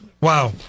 Wow